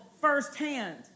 firsthand